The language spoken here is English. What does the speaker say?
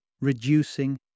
reducing